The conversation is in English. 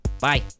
Bye